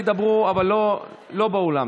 תדברו, אבל לא באולם.